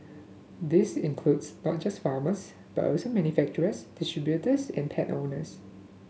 this includes not just farmers but also manufacturers distributors and pet owners